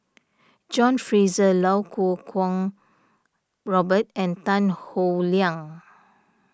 John Fraser Iau Kuo Kwong Robert and Tan Howe Liang